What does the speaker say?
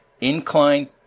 incline